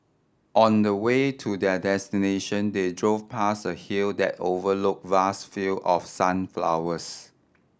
on the way to their destination they drove past a hill that overlook vast field of sunflowers